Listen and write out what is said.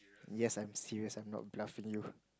yes I'm serious I'm not bluffing you